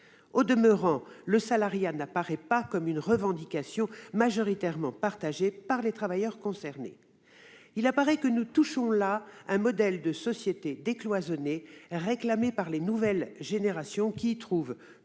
Au demeurant, le salariat n'apparaît pas comme une revendication majoritairement partagée par les travailleurs concernés. Nous touchons là à un modèle de société décloisonnée réclamé par les nouvelles générations, qui y trouvent